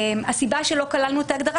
הסיבה שלא כללנו את ההגדרה,